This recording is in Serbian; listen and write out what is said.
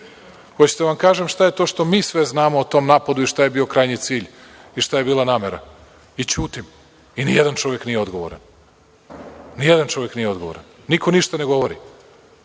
Hoćete da vam kažem šta je to što mi sve znamo o tom napadu i šta je bio krajnji cilj i šta je bila namera i ćutim i nijedan čovek nije odgovoran. Nijedan čovek nije odgovora. Niko ništa ne govori.